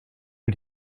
did